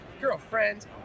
girlfriend